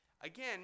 Again